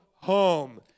home